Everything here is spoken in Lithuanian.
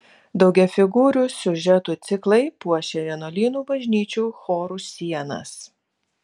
daugiafigūrių siužetų ciklai puošė vienuolynų bažnyčių chorų sienas